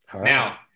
Now